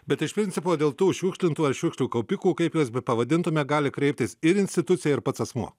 bet iš principo dėl tų šiukšlintojų ar šiukšlių kaupikų kaip juos bepavadintume gali kreiptis ir institucija ir pats asmuo